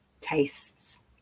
tastes